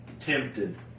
tempted